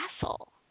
Castle